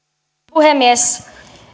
puhemies